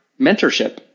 mentorship